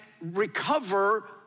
recover